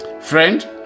Friend